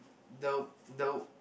the the